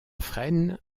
fresnes